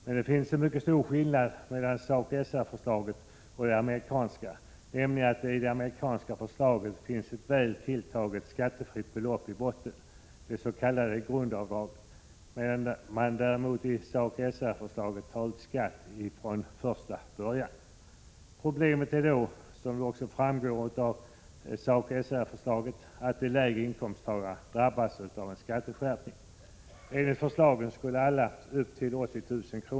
Men det finns en mycket stor skillnad mellan SACO SR-förslaget tar ut skatt från första början. Problemet är då, vilket också framgår av SACO/SR-förslaget, att de lägre inkomsttagarna drabbas av en skatteskärpning. Enligt förslaget skulle alla med upp till 80 000 kr.